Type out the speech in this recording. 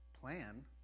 plan